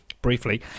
briefly